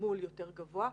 תגמול יותר גבוה.